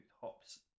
hops